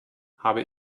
habe